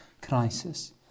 crisis